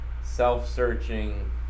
self-searching